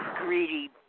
greedy